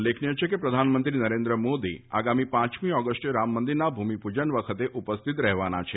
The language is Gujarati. ઉલ્લેખનીય છે કે પ્રધાનમંત્રી નરેન્દ્ર મોદી મોદી આગામી પાંચમી ઓગસ્ટે રામ મંદિરના ભૂમિપૂજન વખતે ઉપસ્થિત રહેવાના છે